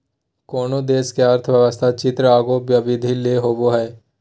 कोनो देश के अर्थव्यवस्था चित्र एगो अवधि ले होवो हइ